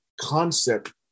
concept